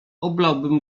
oblałbym